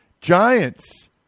Giants